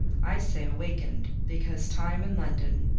i say awakened, because time and london,